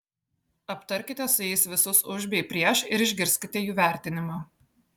aptarkite su jais visus už bei prieš ir išgirskite jų vertinimą